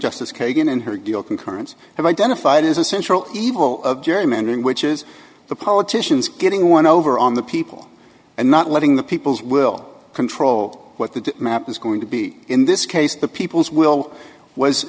justice kagan in her deal concurrence have identified is a central evil of gerrymandering which is the politicians getting one over on the people and not letting the people's will control what the map is going to be in this case the people's will was